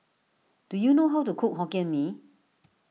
do you know how to cook Hokkien Mee